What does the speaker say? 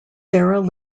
sarah